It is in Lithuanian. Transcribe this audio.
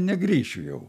negrįšiu jau